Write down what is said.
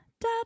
da